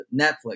Netflix